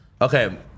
Okay